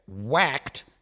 whacked